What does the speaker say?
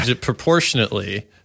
proportionately